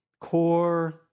core